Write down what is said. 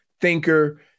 thinker